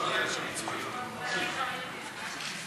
ההצעה להעביר את הנושא לוועדת המדע והטכנולוגיה נתקבלה.